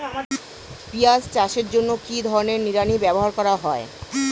পিঁয়াজ চাষের জন্য কি ধরনের নিড়ানি ব্যবহার করা হয়?